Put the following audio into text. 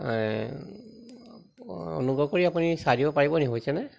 অনুগ্ৰহ কৰি আপুনি চাই দিব পাৰিব নি হৈছেনে